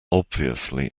obviously